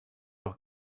auch